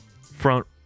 front